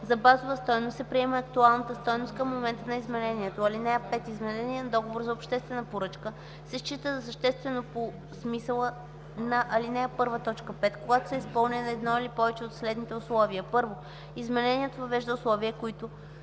за базова стойност се приема актуалната стойност към момента на изменението. (5) Изменение на договор за обществена поръчка се счита за съществено по смисъла на ал. 1, т. 5, когато са изпълнени едно или повече от следните условия: 1. изменението въвежда условия, които,